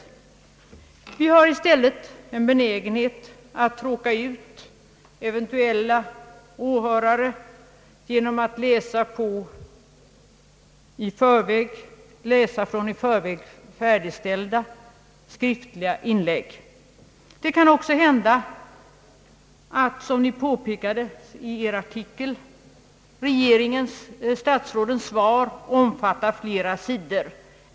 Vi ledamöter har i stället en benägenhet att tråka ut eventuella åhörare genom att läsa från i förväg färdigställda manuskript. Det kan även hända, såsom Ni påpekade i Er artikel, att ett statsråds svar omfattar flera sidor.